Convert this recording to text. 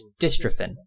dystrophin